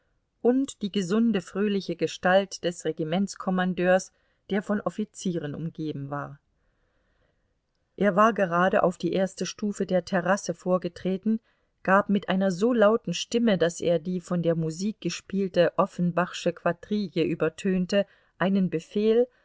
und die gesunde fröhliche gestalt des regimentskommandeurs der von offizieren umgeben war er war gerade auf die erste stufe der terrasse vorgetreten gab mit einer so lauten stimme daß er die von der musik gespielte offenbachsche quadrille übertönte einen befehl